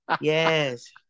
Yes